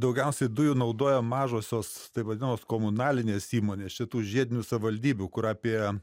daugiausiai dujų naudoja mažosios taip vadinamos komunalinės įmonės čia tų žiedinių savaldybių kur apie